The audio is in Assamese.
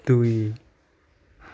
দুই